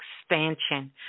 expansion